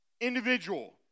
individual